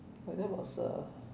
well that was a